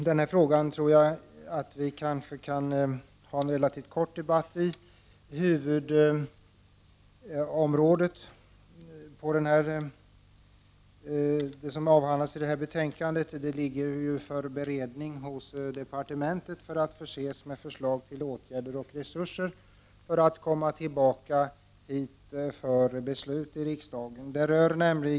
Herr talman! Jag tror att vi kan ha en ganska kort debatt om den här frågan. Huvuddelen av det som tas upp i detta betänkande ligger ju för beredning i departementet, som skall föreslå åtgärder och ange vilka resurser som skall avsättas. Förslaget kommer sedan att läggas fram i riksdagen för beslut.